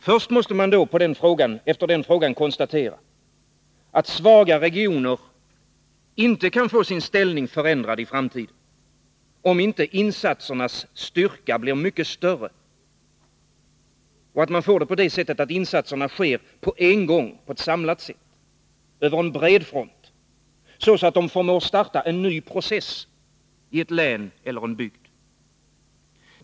Först måste man då konstatera att svaga regioner inte kan få sin ställning i framtiden förändrad, om inte insatsernas styrka blir mycket större och sker samlat på en gång, över en bred front, så att de förmår starta en ny process i ett län eller en bygd.